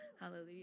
Hallelujah